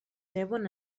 devon